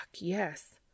yes